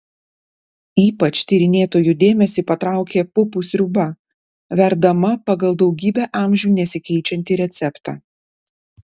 ypač tyrinėtojų dėmesį patraukė pupų sriuba verdama pagal daugybę amžių nesikeičiantį receptą